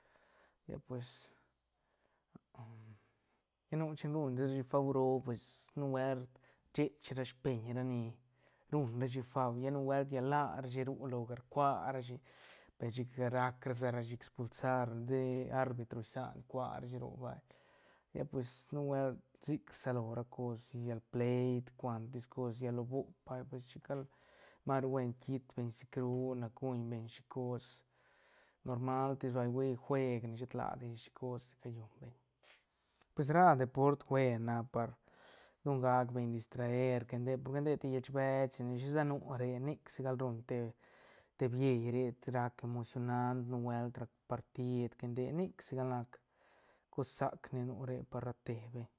Ya pues lla nu shin ruñrashi fau roo pues nubuelt shech ra speñ ra ni ruñrashi fau ya nubuelt lla larshi ru loga rcua rashi per chic rac sa ra shi expulsar nde di arbitro sian cua rashi roc vay lla pues nbuelt sic rsalo ra cos llal pleit cuantis cos lla lo boop vay pues chic gal maru bien kitt beñ sicru nac guñbeñ shicos normal tis vay hui jueg ne shet ladi shicos shicos di ca llun beñ pues ra deport buen nac par don gac beñ distraer que nde porque nde te lleich bech si ne shina nu re nic si ruñ te billei re te rac emocionant nubuelt rac partid que nde nic sigal nac cos sac ni nu re par rate beñ.